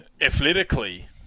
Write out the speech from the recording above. athletically